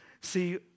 See